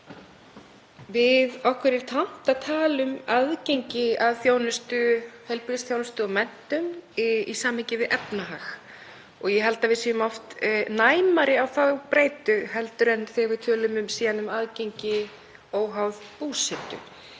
Okkur er tamt að tala um aðgengi að þjónustu, heilbrigðisþjónustu og menntun í samhengi við efnahag. Ég held að við séum oft næmari á þá breytu en þegar við tölum síðan um aðgengi óháð búsetu.